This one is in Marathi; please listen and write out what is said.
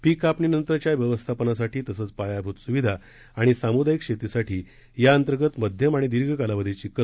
पीक कापणीनंतरच्या व्यवस्थापनासाठी तसंच पायाभुत सुविधा आणि सामुदायिक शेतीसाठी याअंतर्गत मध्यम आणि दीर्घ कालावधीची कर्ज दिली जाणार आहेत